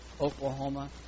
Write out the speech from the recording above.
Oklahoma